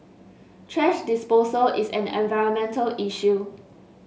thrash disposal is an environmental issue